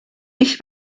ich